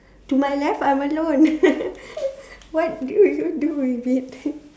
to my left I'm alone what do you do with it